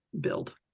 build